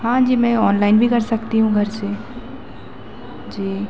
हाँ जी मैं ऑनलाइन भी कर सकती हूँ घर से जी